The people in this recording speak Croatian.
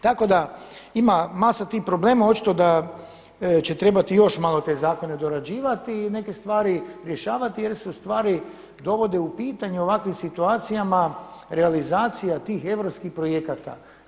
Tako da ima masa tih problema, očito da će trebati još malo te zakone dorađivati i neke stvari rješavati jer se ustvari dovode u pitanje ovakve situacijama realizacija tih europskih projekata.